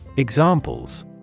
Examples